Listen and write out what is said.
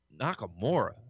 Nakamura